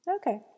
Okay